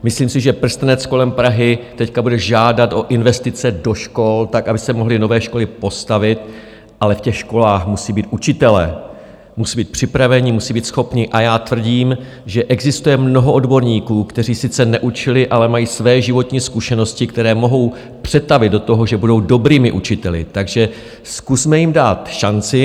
Myslím si, že prstenec kolem Prahy teď bude žádat o investice do škol tak, aby se mohly nové školy postavit, ale v těch školách musí být učitelé, musí být připraveni, musí být schopní, a já tvrdím, že existuje mnoho odborníků, kteří sice neučili, ale mají své životní zkušenosti, které mohou přetavit do toho, že budou dobrými učiteli, takže zkusme jim dát šanci.